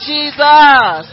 Jesus